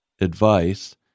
advice